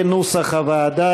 כנוסח הוועדה.